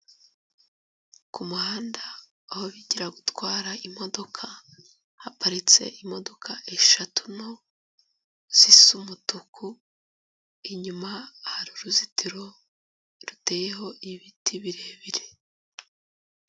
Ku muhanda aho bigira gutwara imodoka, haparitse imodoka eshatu nto, zisa umutuku, inyuma hari uruzitiro ruteyeho ibiti birebire.